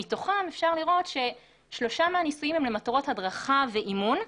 מתוכם אפשר לראות ששלושה מהניסויים הם למטרות הדרכה ואימון.